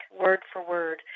word-for-word